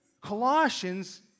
Colossians